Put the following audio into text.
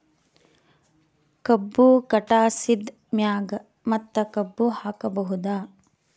ಕಬ್ಬು ಕಟಾಸಿದ್ ಮ್ಯಾಗ ಮತ್ತ ಕಬ್ಬು ಹಾಕಬಹುದಾ?